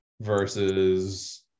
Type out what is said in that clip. versus